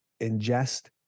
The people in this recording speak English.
ingest